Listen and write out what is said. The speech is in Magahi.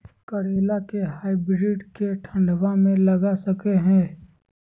करेला के हाइब्रिड के ठंडवा मे लगा सकय हैय?